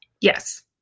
Yes